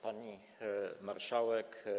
Pani Marszałek!